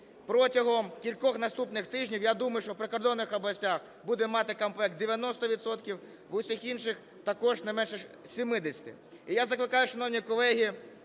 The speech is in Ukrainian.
Протягом кількох наступних тижнів я думаю, що в прикордонних областях будемо мати комплекс 90 відсотків, в усіх інших – також не менше 70.